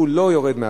הוא לא יורד מהכביש,